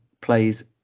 plays